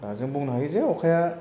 दा जों बुंनो हायो जे अखाया